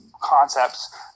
concepts